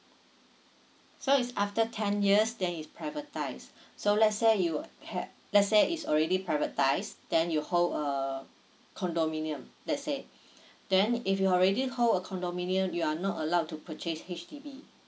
so is after ten years then it's privatized so let's say you ha~ let's say it's already privatized then you hold a condominium let's say then if you already hold a condominium you're not allowed to purchase H_D_B